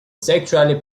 sexually